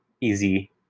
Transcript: easy